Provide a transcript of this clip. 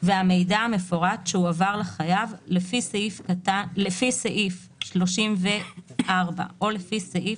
והמידע המפורט שהועבר לחייב לפי סעיף 34 או לפי סעיף